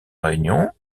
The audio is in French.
réunion